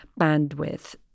bandwidth